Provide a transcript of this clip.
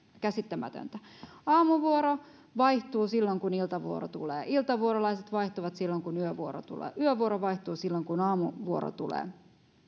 käsittämätöntä aamuvuoro vaihtuu silloin kun iltavuoro tulee iltavuorolaiset vaihtuvat silloin kun yövuoro tulee yövuoro vaihtuu silloin kun aamuvuoro tulee